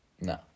No